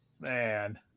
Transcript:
man